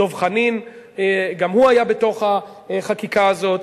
דב חנין גם הוא היה בתוך החקיקה הזאת.